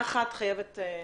לא,